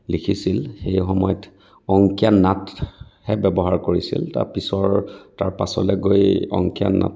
লিখিছিল সেই সময়ত অংকীয়া নাটহে ব্যৱহাৰ কৰিছিল তাৰপিছৰ তাৰ পাছলৈ গৈ অংকীয়া নাট